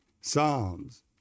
Psalms